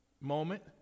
moment